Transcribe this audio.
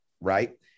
right